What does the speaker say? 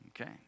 okay